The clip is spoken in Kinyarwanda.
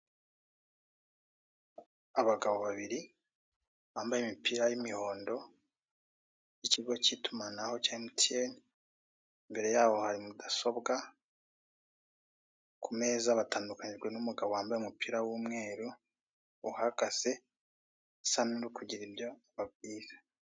Abagabo babiri bambaye imipira y'imihondo, y'ikigo cy'itumanaho cya emutiyeni, imbere yabo hari mudasobwa, ku meza batandukanyijwe n'umugabo wambaye umupira w'umweru. uhagaze, usa n'uri kugira ibyo ababwira.